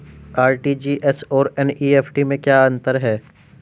RTGS और NEFT में क्या अंतर है?